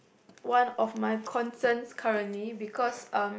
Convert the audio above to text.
one of my concerns currently because um